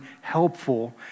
helpful